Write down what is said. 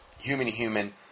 human-to-human